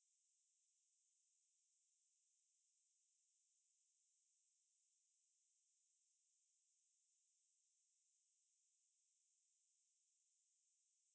நீ ஒன்னும் சொல்லாத சரியா:ni onnum sollaatha sariyaa I really cannot I don't know why I cannot